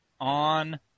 on